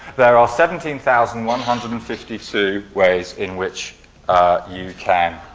there are seventeen thousand one hundred and fifty two ways in which you can